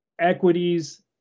equities